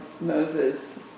Moses